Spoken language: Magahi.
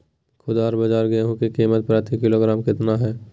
खुदरा बाजार गेंहू की कीमत प्रति किलोग्राम कितना है?